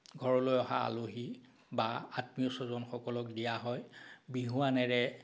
ঘৰলৈ অহা আলহী বা আত্মীয় স্বজনসকলক দিয়া হয় বিহুৱানেৰে